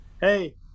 hey